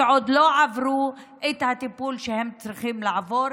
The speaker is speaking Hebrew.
שעוד לא עברו את הטיפול שהם צריכים לעבור,